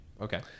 Okay